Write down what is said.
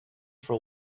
for